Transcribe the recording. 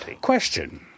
Question